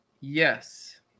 Yes